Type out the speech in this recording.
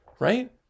Right